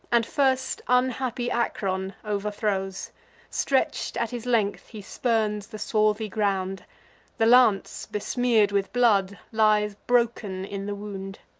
and first unhappy acron overthrows stretch'd at his length, he spurns the swarthy ground the lance, besmear'd with blood, lies broken in the wound.